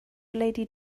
lady